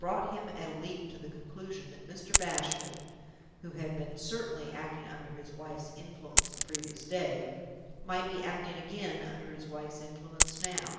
brought him at a leap to the conclusion that mr. bashwood who had been certainly acting under his wife's influence the previous day might be acting again under his wife's influence now.